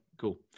cool